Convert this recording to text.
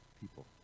people